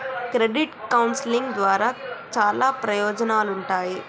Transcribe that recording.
credit counselling ద్వారా చాలా ప్రయోజనాలుంటాయి